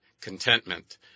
contentment